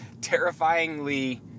terrifyingly